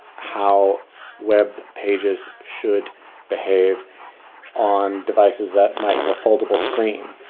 how web pages should behave on devices that might have a foldable screen.